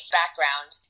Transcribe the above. background